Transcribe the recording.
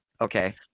okay